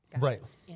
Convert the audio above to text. Right